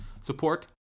support